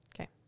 Okay